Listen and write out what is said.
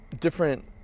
different